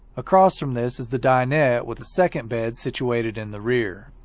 across from this is the dinette with a second bed situated in the rear.